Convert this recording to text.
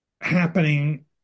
happening